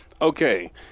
okay